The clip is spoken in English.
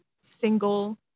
single